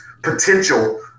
potential